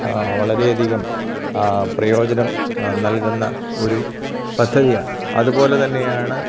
വളരെയധികം പ്രയോജനം നൽകുന്ന ഒരു പദ്ധതിയാണ് അതുപോലത്തന്നെയാണ്